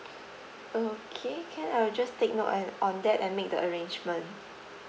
okay can I'll just take note and on that and make the arrangement